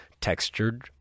Textured